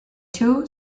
two